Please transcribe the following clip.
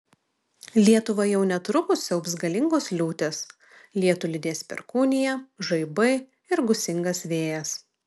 lietuvą jau netrukus siaubs galingos liūtys lietų lydės perkūnija žaibai ir gūsingas vėjas